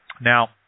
Now